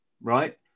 right